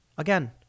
Again